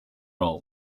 roll